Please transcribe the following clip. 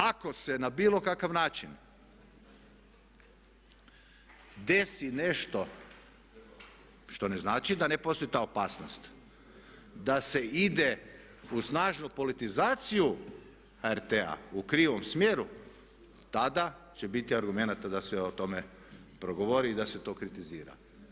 Ako se na bilo kakav način desi nešto, što ne znači da ne postoji ta opasnost, da se ide u snažnu politizaciju HRT-a u krivom smjeru tada će biti argumenata da se o tome progovori i da se to kritizira.